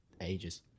ages